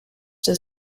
does